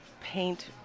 paint